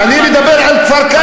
מה הקשר בין הריגת מחבל לבין כפר-כנא?